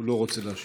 הוא לא רוצה להשיב.